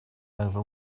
over